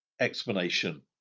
explanation